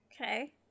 Okay